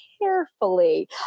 carefully